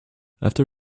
after